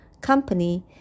company